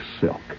silk